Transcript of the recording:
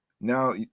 now